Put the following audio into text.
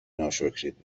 ناشکرید